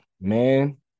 man